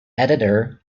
editor